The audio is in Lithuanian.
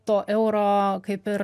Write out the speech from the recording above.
to euro kaip ir